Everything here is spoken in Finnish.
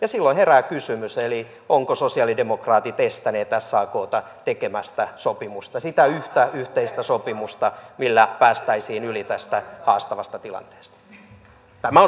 ja silloin herää kysymys ovatko sosialidemokraatit estäneet sakta tekemästä sopimusta sitä yhtä yhteistä sopimusta millä päästäisiin yli tästä haastavasta tilanteesta